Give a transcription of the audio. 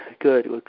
good